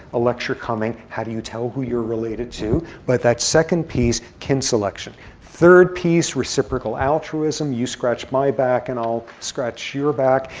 a lecture coming. how do you tell who you're related to. but that second piece, kin selection. third piece, reciprocal altruism. you scratch my back and i'll scratch your back.